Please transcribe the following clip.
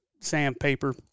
sandpaper